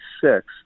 six